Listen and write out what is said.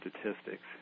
statistics